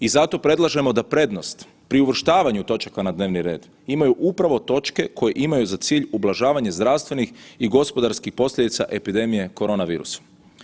I zato predlažemo da prednost pri uvrštavanju točaka na dnevni red imaju upravo točke koje imaju za cilj ublažavanje zdravstvenih i gospodarskih posljedica epidemije korona virusom.